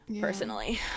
Personally